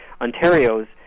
Ontario's